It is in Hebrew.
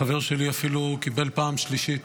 חבר שלי אפילו קיבל פעם שלישית,